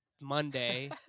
Monday